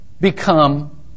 become